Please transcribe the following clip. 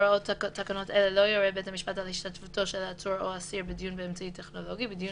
השתתפות עצור או אסיר באמצעי טכנולוגי בדיון